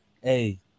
hey